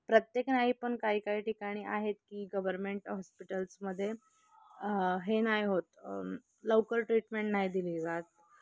प्रत्येक नाही पण काही काही ठिकाणी आहेत की गव्हर्मेंट हॉस्पिटल्समध्ये हे नाही होत लवकर ट्रीटमेंट नाही दिली जात